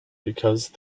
because